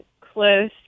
close